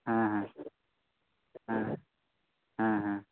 ᱦᱮᱸ ᱦᱮᱸ ᱦᱮᱸ ᱟᱫᱚ